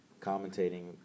commentating